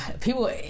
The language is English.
people